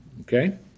Okay